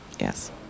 Yes